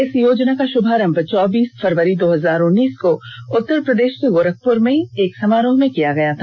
इस योजना का शुभारंभ चौबीस फरवरी दो हजार उन्नीस को उत्तर प्रदेश के गोरखपुर में एक समारोह में किया था